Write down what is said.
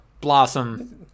Blossom